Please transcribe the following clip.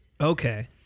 okay